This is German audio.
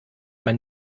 man